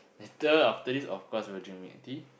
later after this of course we'll drink milk tea